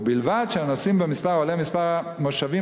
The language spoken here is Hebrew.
ובלבד שהנוסעים במספר העולה על מספר המושבים